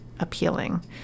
appealing